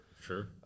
sure